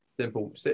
simple